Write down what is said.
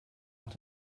nach